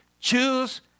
Choose